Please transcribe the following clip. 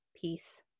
peace